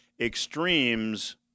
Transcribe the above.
extremes